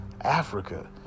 Africa